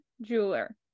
Jeweler